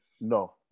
no